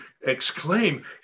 exclaim